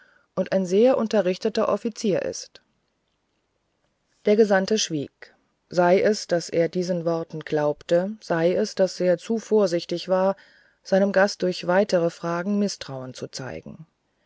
und ein sehr unterrichteter offizier ist der gesandte schwieg sei es daß er diesen worten glaubte sei es daß er zu vorsichtig war seinem gast durch weitere fragen mißtrauen zu zeigen